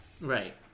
Right